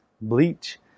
Bleach